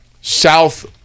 south